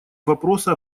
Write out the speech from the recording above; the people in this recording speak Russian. вопроса